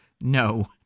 no